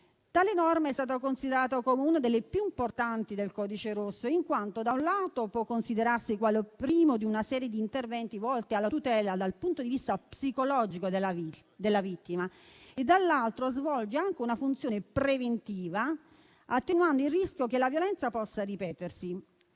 Tale norma è stata considerata come una delle più importanti del codice rosso, in quanto, da un lato, può considerarsi quale primo di una serie di interventi volti alla tutela della vittima dal punto di vista psicologico e, dall'altro, svolge anche una funzione preventiva, attenuando il rischio che la violenza possa ripetersi.